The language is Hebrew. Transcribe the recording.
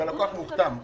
והלקוח מוכתם.